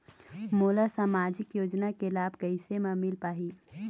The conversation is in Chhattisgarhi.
मोला सामाजिक योजना के लाभ कैसे म मिल पाही?